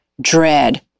dread